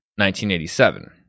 1987